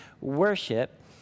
worship